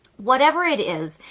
whatever it is,